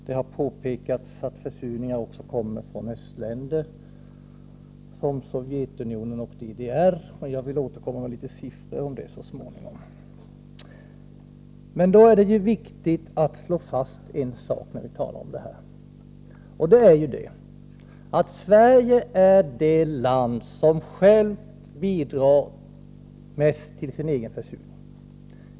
Det har påpekats att föroreningar också kommer från östländer, t.ex. Sovjetunionen och DDR. Jag skall återkomma med litet siffror angående detta så småningom. Det är viktigt att slå fast en sak. Sverige är faktiskt det land som självt bidrar mest till sin egen försurning.